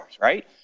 right